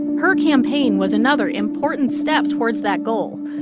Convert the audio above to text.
her campaign was another important step towards that goal,